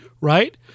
right